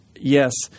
Yes